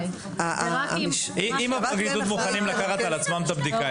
אם הם מוכנים לקחת על עצמם את הבדיקה,